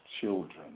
children